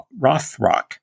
Rothrock